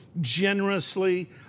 generously